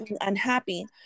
unhappy